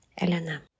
Elena